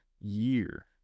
year